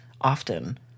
often